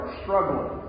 struggling